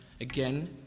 again